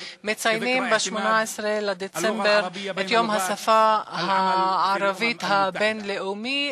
וב-18 בדצמבר מציינים את יום השפה הערבית הבין-לאומי